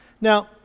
Now